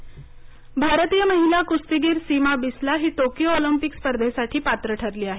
कुस्ती भारतीय महिला कुस्तीगीर सीमा बिस्ला ही टोकियो ऑलिम्पिक स्पर्धेसाठी पात्र ठरली आहे